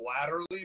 laterally